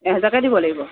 এহেজাৰকৈ দিব লাগিব